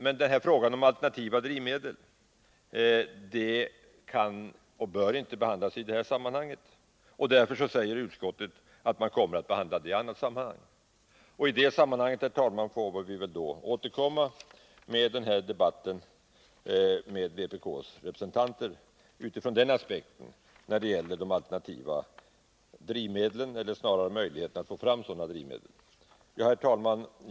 Men denna fråga om alternativa drivmedel kan och bör inte behandlas i detta sammanhang. Därför säger utskottet att man kommer att behandla frågan i ett annat sammanhang. Vi får återkomma till den debatten med vpk:s representanter, från aspekten att få fram alternativa drivmedel. Herr talman!